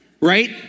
right